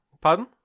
Pardon